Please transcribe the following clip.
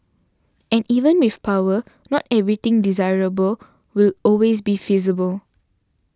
and even with power not everything desirable will always be feasible